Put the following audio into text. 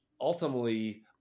ultimately